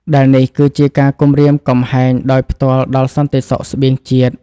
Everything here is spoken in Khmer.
ដែលនេះគឺជាការគំរាមកំហែងដោយផ្ទាល់ដល់សន្តិសុខស្បៀងជាតិ។